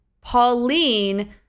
Pauline